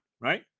right